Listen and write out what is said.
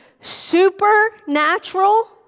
supernatural